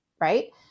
right